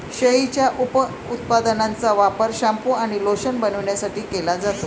शेळीच्या उपउत्पादनांचा वापर शॅम्पू आणि लोशन बनवण्यासाठी केला जातो